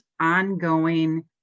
ongoing